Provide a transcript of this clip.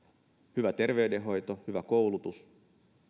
hyvä terveydenhoito hyvä koulutus